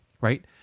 right